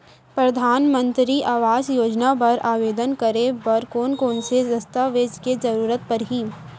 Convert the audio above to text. परधानमंतरी आवास योजना बर आवेदन करे बर कोन कोन से दस्तावेज के जरूरत परही?